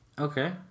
okay